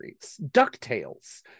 DuckTales